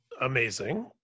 amazing